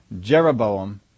Jeroboam